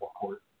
court